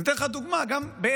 אני אתן לך דוגמה גם איך